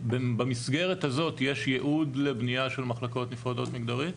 במסגרת הזאת יש ייעוד לבנייה של מחלקות נפרדות מגדרית?